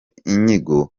inyigo